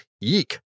Yeek